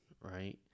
right